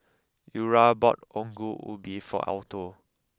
Eura bought Ongol Ubi for Alto